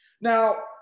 Now